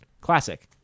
classic